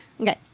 Okay